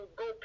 go